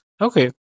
okay